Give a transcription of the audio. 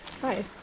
hi